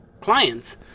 clients